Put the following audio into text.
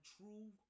true